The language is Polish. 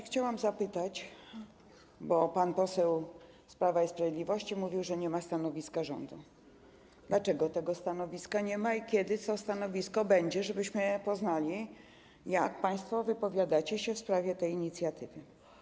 Chciałam zapytać, bo pan poseł z Prawa i Sprawiedliwości mówił, że nie ma stanowiska rządu, dlaczego tego stanowiska nie ma i kiedy to stanowisko będzie, żebyśmy się dowiedzieli, jak państwo wypowiadacie się w sprawie tej inicjatywy.